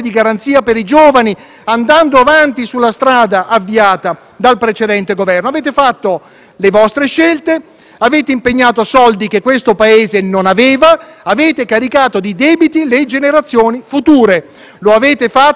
avete impegnato soldi che il Paese non aveva e avete caricato di debiti le generazioni future. Lo avete fatto, sapendo che non ce lo potevamo permettere e azzerando ogni margine di manovra per le politiche di sviluppo.